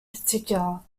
particular